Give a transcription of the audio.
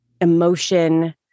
emotion